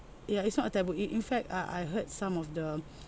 ya it's not a taboo in in fact uh I heard some of the